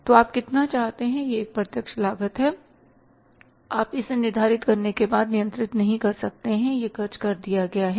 तो आप कितना चाहते हैं यह एक प्रत्यक्ष लागत है आप इसे निर्धारित करने के बाद नियंत्रित नहीं कर सकते यह खर्च कर दिया गया है